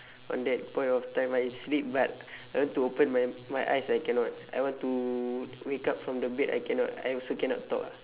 on that point of time I sleep but I want to open my my eyes I cannot I want to wake up from the bed I cannot I also cannot talk ah